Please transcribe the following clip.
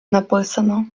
написано